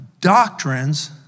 doctrines